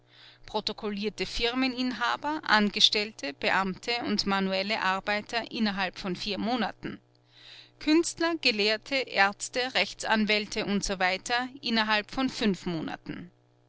protokollierte firmeninhaber angestellte beamte und manuelle arbeiter innerhalb von vier monaten künstler gelehrte aerzte rechtsanwälte und so weiter innerhalb von fünf monaten